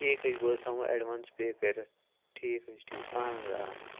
ٹھیٖک حظ چھِ بہٕ حظ تھاوو اٮ۪ڈوانٕس پے کٔرِتھ ٹھیٖک حظ ٹھیٖک اَہَن حظ آ اَہَن حظ